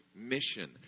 mission